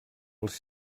els